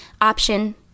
Option